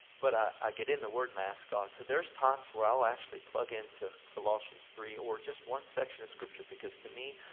but ah i get in the word and i ask god. so there's times where i'll actually plug into colossians three, or just one section of scripture. because to me,